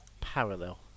parallel